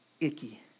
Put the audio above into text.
icky